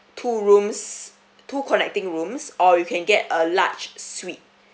two rooms two connecting rooms or you can get a large suite